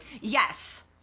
Yes